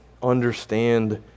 understand